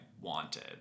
wanted